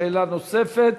שאלה נוספת,